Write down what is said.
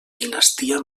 dinastia